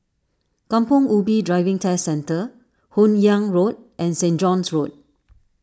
Kampong Ubi Driving Test Centre Hun Yeang Road and Saint John's Road